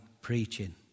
preaching